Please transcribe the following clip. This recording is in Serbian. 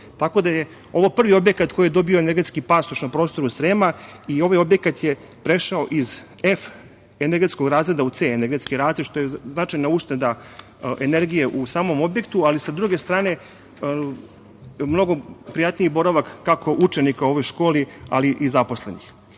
tako da je ovo prvi objekat koji je dobio energetski pasoš na prostoru Srema i ovaj objekat je prešao iz F energetskog razreda u C energetski razvoj, što je značajna ušteda energije u samom objektu, ali sa druge strane mnogo prijatniji boravak kako učenika ove škole, ali i zaposlenih.U